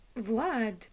Vlad